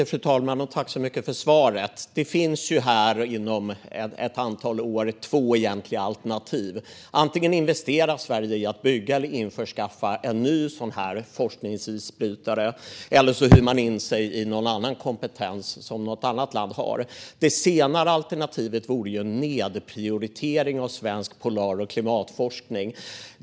Fru talman! Tack för svaret, ministern! Inom ett antal år finns det två egentliga alternativ här: Antingen investerar Sverige i att bygga eller införskaffa en ny forskningsisbrytare, eller också hyr man in sig i någon annan kompetens som ett annat land har. Det senare alternativet vore ju en nedprioritering av svensk polar och klimatforskning.